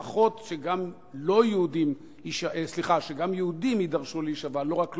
שלפחות גם יהודים יידרשו להישבע, לא רק לא-יהודים,